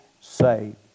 saved